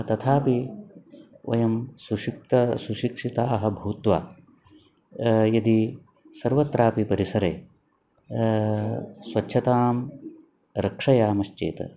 तथापि वयं सुशिक्त सुशिक्षिताः भूत्वा यदि सर्वत्रापि परिसरे स्वच्छतां रक्षयामश्चेत्